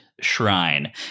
shrine